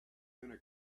gonna